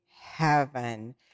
Heaven